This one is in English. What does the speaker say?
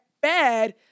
bad